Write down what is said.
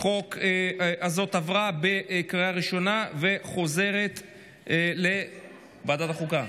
החוק עברה בקריאה הראשונה וחוזרת לוועדת החוקה.